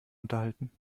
unterhalten